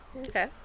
okay